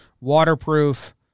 Waterproof